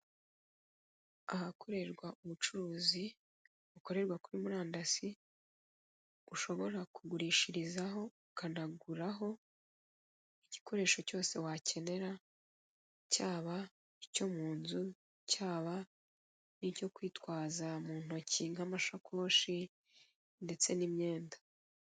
Ahakorerwa ubucuruzi bukorera kuri murandasi ushobora kugurishirizaho ukanaguraho igikoresho cyose wakenera cyaba icyo mu nzu, cyaba n'icyo kwitwaza mu ntoki nk'amasakoshi ndetse n'imyenda.